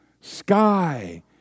Sky